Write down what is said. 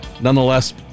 Nonetheless